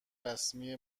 رسمی